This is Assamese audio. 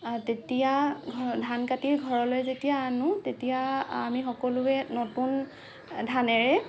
তেতিয়া ধানকাটি ঘৰলৈ যেতিয়া আনো তেতিয়া আমি সকলোৱে নতুন ধানেৰে